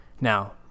now